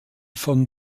von